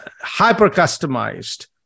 hyper-customized